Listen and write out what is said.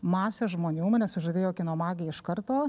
masę žmonių mane sužavėjo kino magija iš karto